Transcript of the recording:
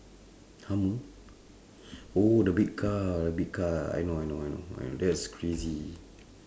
hummer oh the big car big car I know I know that's crazy